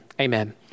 amen